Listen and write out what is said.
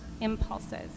impulses